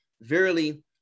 verily